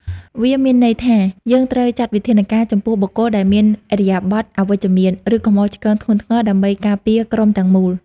វាមានន័យថា យើងត្រូវចាត់វិធានការចំពោះបុគ្គលដែលមានឥរិយាបថអវិជ្ជមាន ឬកំហុសឆ្គងធ្ងន់ធ្ងរ ដើម្បីការពារក្រុមទាំងមូល។